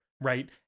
right